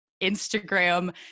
Instagram